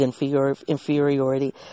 inferiority